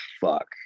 fuck